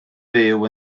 fyw